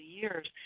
years